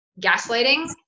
gaslighting